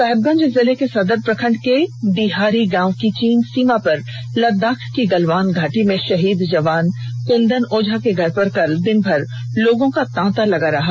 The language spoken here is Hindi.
साहिबगंज जिले के सदर प्रखंड के डीहारी गांव के चीन सीमा पर लद्दाख की गलवान घाटी में शहीद जवान कृंदन ओझा के घर पर कल दिनभर लोगों का तांता लगा रहा